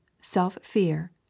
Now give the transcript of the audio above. self-fear